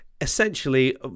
essentially